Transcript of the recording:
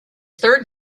third